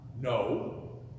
No